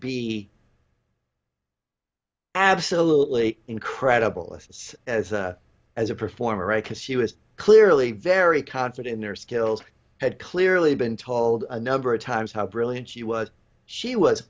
be absolutely incredible assists as a as a performer right because she was clearly very confident in their skills had clearly been told a number of times how brilliant she was she was